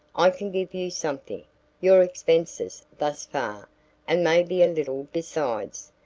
i can give you something your expenses thus far and maybe a little besides.